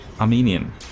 armenian